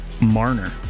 Marner